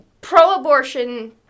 pro-abortion